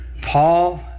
Paul